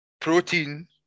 protein